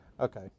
okay